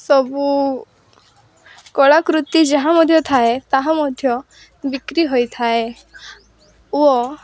ସବୁ କଳାକୃତି ଯାହା ମଧ୍ୟ ଥାଏ ତାହା ମଧ୍ୟ ବିକ୍ରି ହୋଇଥାଏ ଓ